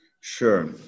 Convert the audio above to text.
Sure